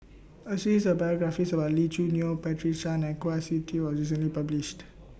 A series of biographies about Lee Choo Neo Patricia Chan and Kwa Siew Tee was recently published